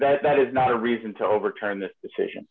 that that is not a reason to overturn the decision